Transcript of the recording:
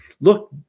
look